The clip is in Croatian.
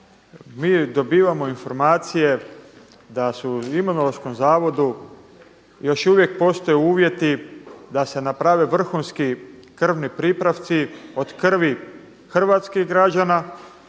Mi dobivamo informacije da su u Imunološkom zavodu još uvijek postoje uvjeti da se naprave vrhunski krvni pripravci od krvi hrvatskih građana,